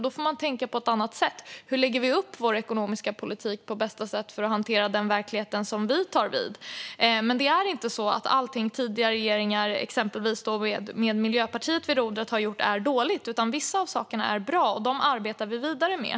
Då får man tänka på ett annat sätt: Hur lägger vi upp vår ekonomiska politik på bästa sätt för att hantera den verklighet som vi tar vid i? Det är inte så att allting som tidigare regeringar, exempelvis med Miljöpartiet vid rodret, har gjort är dåligt. Vissa av sakerna är bra, och dem arbetar vi vidare med.